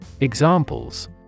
Examples